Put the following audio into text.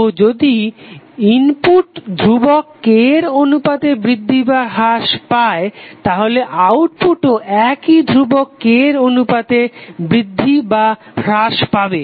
তো যদি ইনপুট ধ্রুবক K এর অনুপাতে বৃদ্ধি বা হ্রাস পায় তাহলে আউটপুটও একই ধ্রুবক K এর অনুপাতে বৃদ্ধি বা হ্রাস পাবে